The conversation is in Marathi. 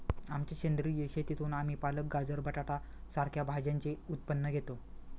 आमच्या सेंद्रिय शेतीतून आम्ही पालक, गाजर, बटाटा सारख्या भाज्यांचे उत्पन्न घेतो